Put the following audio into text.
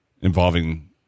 involving